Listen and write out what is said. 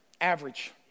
average